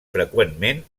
freqüentment